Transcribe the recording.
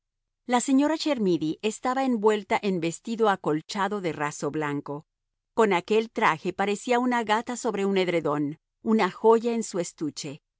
la señora chermidy estaba envuelta en vestido acolchado de raso blanco con aquel traje parecía una gata sobre un edredón una joya en su estuche